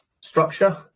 structure